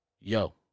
yo